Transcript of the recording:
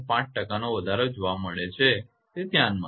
5 ટકાનો વધારો જોવા મળે છે તે ધ્યાનમાં લો